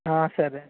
సరే అండి